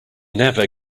never